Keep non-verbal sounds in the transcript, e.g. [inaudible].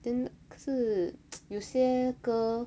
then 可是 [noise] 有些歌